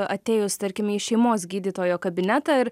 atėjus tarkim į šeimos gydytojo kabinetą ir